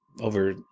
over